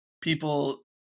people